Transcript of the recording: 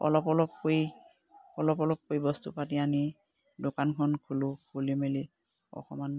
অলপ অলপ কৈ অলপ অলপকৈ বস্তু পাতি আনি দোকানখন খোলোঁ খুলি মেলি অকমান